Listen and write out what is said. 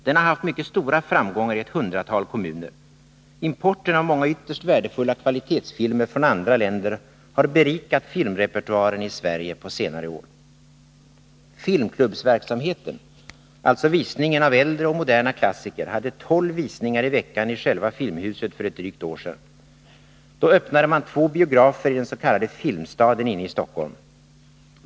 Den har haft mycket stora framgångar i ett hundratal kommuner. Importen av många ytterst värdefulla kvalitetsfilmer från andra länder har berikat filmrepertoaren i Sverige under senare år. Filmklubbsverksamheten, alltså visningen av äldre och moderna klassiker, hade tolv visningar i veckan i själva Filmhuset för drygt ett år sedan. Då öppnade man två biografer i den s.k. Filmstaden inne i Stockholm.